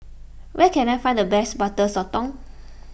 where can I find the best Butter Sotong